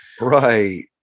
Right